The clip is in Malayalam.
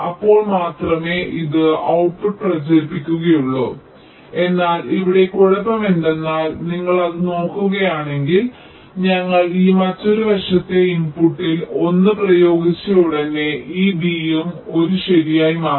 അപ്പോൾ മാത്രമേ ഇത് ഔട്ട്പുട്ട് പ്രചരിപ്പിക്കുകയുള്ളൂ എന്നാൽ ഇവിടെ കുഴപ്പം എന്തെന്നാൽ നിങ്ങൾ അത് നോക്കുകയാണെങ്കിൽ ഞങ്ങൾ ഈ മറ്റൊരു വശത്തെ ഇൻപുട്ടിൽ 1 പ്രയോഗിച്ചയുടനെ ഈ b യും 1 ശരിയായി മാറി